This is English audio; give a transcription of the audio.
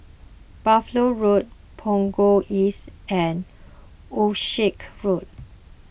Buffalo Road Punggol East and Wolskel Road